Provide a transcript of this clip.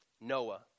Noah